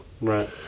right